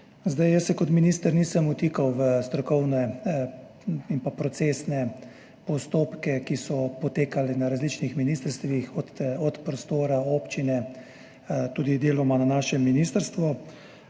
Jaz se kot minister nisem vtikal v strokovne in procesne postopke, ki so potekali na različnih ministrstvih, od prostora, občine tudi deloma na našem ministrstvu.